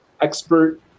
expert